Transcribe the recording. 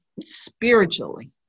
spiritually